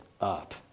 up